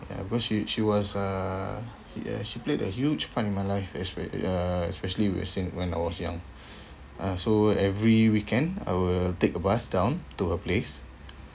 ya because she she was uh ya she played a huge part of my life espe~ uh especially when si~ when I was young uh so every weekend I will take a bus down to her place